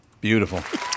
Beautiful